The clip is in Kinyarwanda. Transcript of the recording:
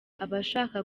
abashaka